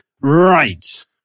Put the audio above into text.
right